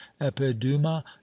epiduma